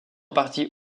partie